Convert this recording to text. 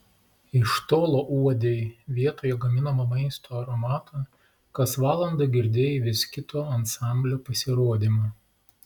iš tolo uodei vietoje gaminamo maisto aromatą kas valandą girdėjai vis kito ansamblio pasirodymą